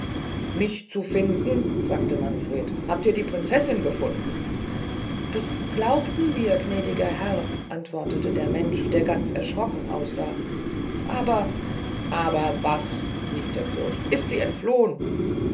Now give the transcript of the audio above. mich zu finden sagte manfred habt ihr die prinzessin gefunden das glaubten wir gnädiger herr antwortete der mensch der ganz erschrocken aussah aber aber was rief der fürst ist sie entflohen